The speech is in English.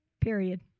period